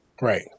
Right